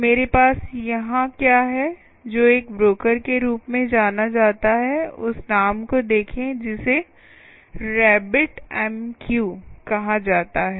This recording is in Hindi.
मेरे पास यहां क्या है जो एक ब्रोकर के रूप में जाना जाता है उस नाम को देखें जिसे रैबिट एमक्यू कहा जाता है